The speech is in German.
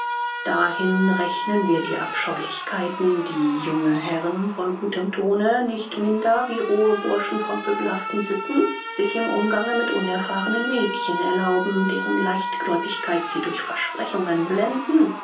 dahin rechnen wir die abscheulichkeiten die junge herren von gutem tone nicht minder wie rohe burschen von pöbelhaften sitten sich im umgange mit unerfahrenen mädchen erlauben deren leichtgläubigkeit sie durch versprechungen blenden